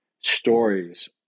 stories